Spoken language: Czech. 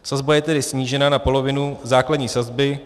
Sazba je tedy snížena na polovinu základní sazby.